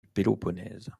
péloponnèse